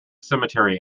cemetery